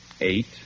eight